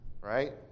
right